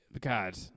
God